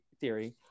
theory